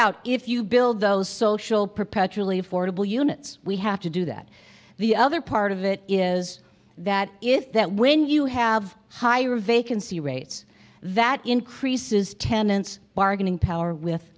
out if you build those social perpetually affordable units we have to do that the other part of it is that if that when you have higher vacancy rates that increases tenants bargaining power with